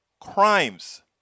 crimes